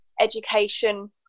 education